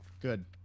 Good